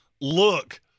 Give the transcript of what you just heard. look